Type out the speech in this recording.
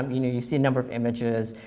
you know you see a number of images.